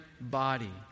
body